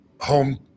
home